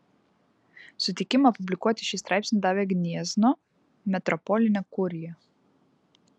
sutikimą publikuoti šį straipsnį davė gniezno metropolinė kurija